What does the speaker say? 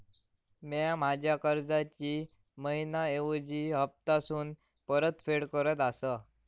म्या माझ्या कर्जाची मैहिना ऐवजी हप्तासून परतफेड करत आसा